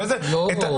לא,